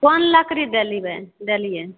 कोन लकड़ी दिलेबै देलिये